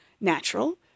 natural